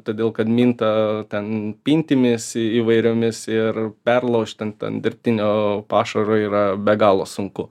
todėl kad minta ten pintimis įvairiomis ir perlaužt ant ant dirbtinio pašaro yra be galo sunku